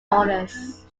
orders